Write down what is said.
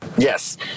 Yes